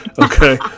Okay